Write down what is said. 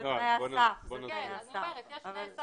אני אומרת יש מתח,